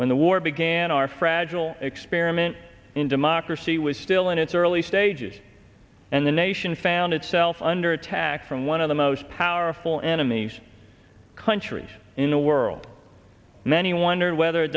when the war began our fragile experiment in democracy was still in its early stages and the nation found itself under attack from one of the most powerful enemies countries in the world many wondered whether